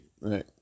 right